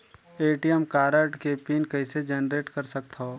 ATM card के pin कइसे generate कर सकथव?